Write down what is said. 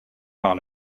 par